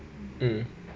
mm